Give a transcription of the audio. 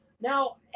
Now